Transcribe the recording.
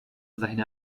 seine